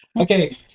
okay